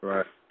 Right